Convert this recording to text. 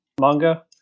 manga